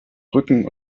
rücken